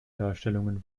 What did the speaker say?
darstellungen